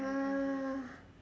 ah